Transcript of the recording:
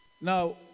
Now